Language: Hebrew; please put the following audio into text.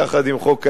יחד עם חוק האזרחות.